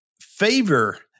favor